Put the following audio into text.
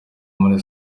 muri